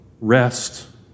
rest